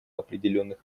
определенных